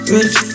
Rich